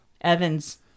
Evans